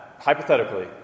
hypothetically